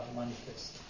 manifest